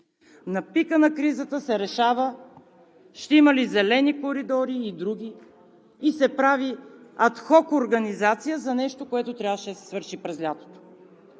На пика на кризата се решава ще има ли зелени коридори и други, и се прави адхок организация за нещо, което трябваше да се свърши през лятото.